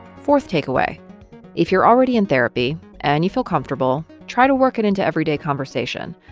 fourth takeaway if you're already in therapy and you feel comfortable, try to work it into everyday conversation.